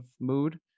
mood